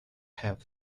have